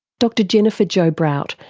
dr jennifer jo brout,